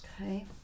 Okay